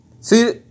See